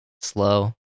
slow